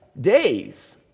days